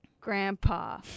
Grandpa